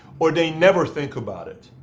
or they never think about it,